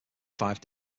five